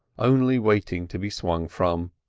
only waiting to be swung from.